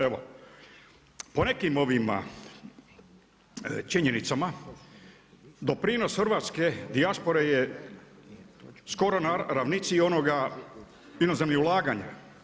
Evo, po nekim činjenicama doprinos hrvatske dijaspore je skoro na ravnici onoga inozemnih ulaganja.